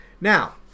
Now